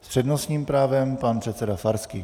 S přednostním právem pan předseda Farský.